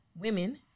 women